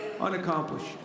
unaccomplished